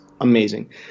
amazing